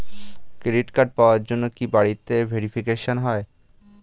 Credit card পাওয়ার জন্য কি বাড়িতে ভেরিফিকেশন হয়?